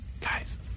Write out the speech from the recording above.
Guys